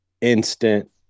instant